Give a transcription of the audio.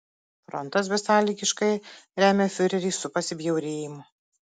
frontas besąlygiškai remia fiurerį su pasibjaurėjimu